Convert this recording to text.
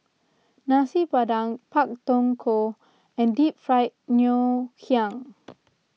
Nasi Padang Pak Thong Ko and Deep Fried Ngoh Hiang